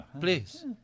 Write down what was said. please